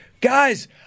Guys